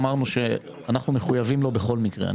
אנחנו מחויבים לו בכל מקרה.